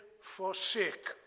forsake